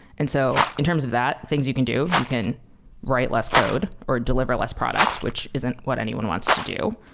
and so in terms that, things you can do, you can write less code or deliver less products, which isn't what anyone wants to do,